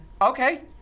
Okay